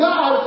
God